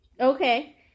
Okay